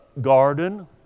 garden